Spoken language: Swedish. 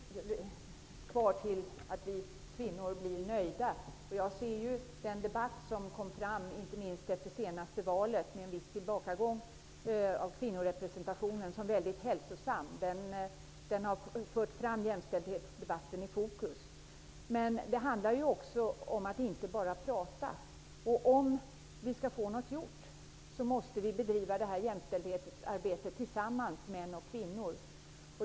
Fru talman! Det är långt kvar till att vi kvinnor blir nöjda. Jag ser den debatt som inte minst uppkom i samband med tillbakagången av kvinnorepresentationen efter förra valet som hälsosam. Jämställdhetsdebatten har förts fram i fokus. Men det handlar inte bara om att prata. Om vi skall få något gjort, måste vi bedriva jämställdhetsarbetet tillsammans -- män och kvinnor.